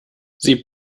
sie